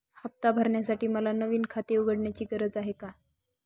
हफ्ता भरण्यासाठी मला नवीन खाते उघडण्याची गरज आहे का?